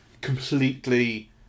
completely